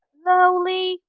slowly